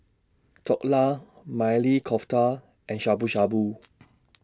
Dhokla Maili Kofta and Shabu Shabu